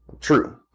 True